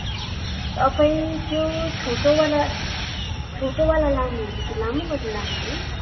तपाईँ त्यो छोटो वाला छोटो वाला लानु हुने कि लामो वाला लानु हुने